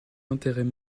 intérêts